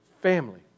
family